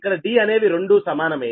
ఇక్కడ d అనేవి రెండూ సమానమే